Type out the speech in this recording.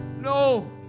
No